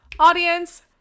audience